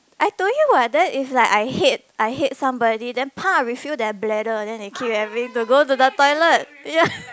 I told you what that is like I hate I hate somebody then pah refill their bladder then they keep having to go to the toilet ya